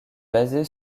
basée